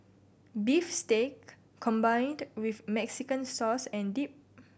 beef steak combined with Mexican sauce and dip